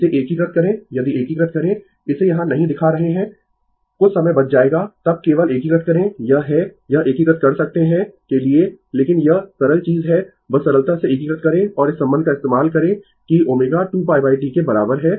इसे एकीकृत करें यदि एकीकृत करें इसे यहाँ नहीं दिखा रहे है कुछ समय बच जाएगा तब केवल एकीकृत करें यह है यह एकीकृत कर सकते है के लिए लेकिन यह सरल चीज है बस सरलता से एकीकृत करें और इस सबंध का इस्तेमाल करें कि ω 2π T के बराबर है